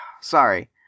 Sorry